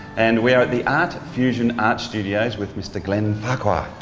and we are at the art fusion art studio with mr glenn farquhar.